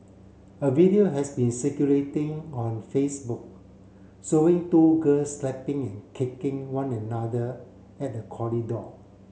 a video has been circulating on Facebook showing two girls slapping and kicking one another at a corridor